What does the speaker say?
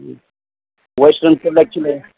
ꯎꯝ western ꯇꯣꯏꯂꯦꯠꯁꯨ ꯂꯩ